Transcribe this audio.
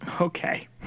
Okay